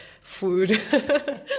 food